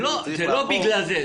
זה לא בגלל זה.